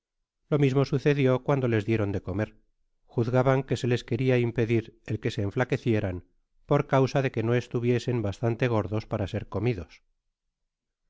lo mismo sucedió cuando les dieron de comer juzgaban que se les queria impedir el que se enflaquecieran por causa de que no estuviesen bastante gordos para ser comidos